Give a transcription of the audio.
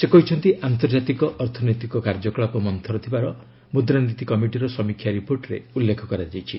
ସେ କହିଛନ୍ତି ଆନ୍ତର୍ଜାତିକ ଅର୍ଥନୈତିକ କାର୍ଯ୍ୟକଳାପ ମନୁର ଥିବାର ମୁଦ୍ରାନୀତି କମିଟିର ସମୀକ୍ଷା ରିପୋର୍ଟରେ ଉଲ୍ଲେଖ କରାଯାଇଛି